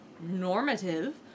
normative